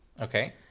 Okay